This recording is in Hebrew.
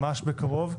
ממש בקרוב.